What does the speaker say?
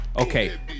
okay